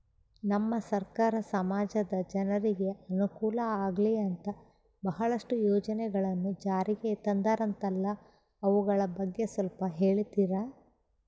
ನಮ್ಮ ಸರ್ಕಾರ ಸಮಾಜದ ಜನರಿಗೆ ಅನುಕೂಲ ಆಗ್ಲಿ ಅಂತ ಬಹಳಷ್ಟು ಯೋಜನೆಗಳನ್ನು ಜಾರಿಗೆ ತಂದರಂತಲ್ಲ ಅವುಗಳ ಬಗ್ಗೆ ಸ್ವಲ್ಪ ಹೇಳಿತೀರಾ?